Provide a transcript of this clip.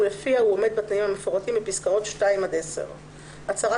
ולפיה הוא עומד בתנאים המפורטים בפסקאות (2) עד (10); הצהרה